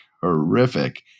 Horrific